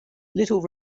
little